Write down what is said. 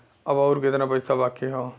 अब अउर कितना पईसा बाकी हव?